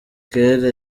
kera